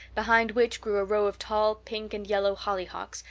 behind which grew a row of tall pink and yellow hollyhocks,